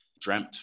dreamt